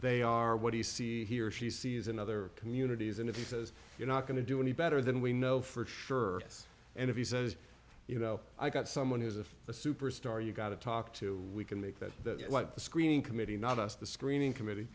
they are what do you see here she sees another communities and if he says you're not going to do any better than we know for sure and if he says you know i've got someone who's a superstar you got to talk to we can make that the screening committee not us the screening committe